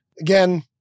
Again